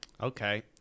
Okay